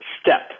Step